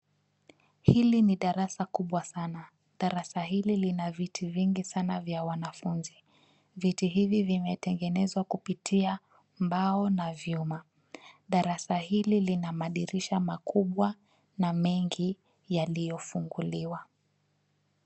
Hili ni darasa kubwa sana. Darasa hili lina viti vingi sana vya wanafunzi. Viti hivi vimetengenezwa kupitia mbao na vyuma. Darasa hili lina madirisha makubwa na mengi, yaliyofunguliwa.